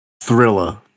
Thriller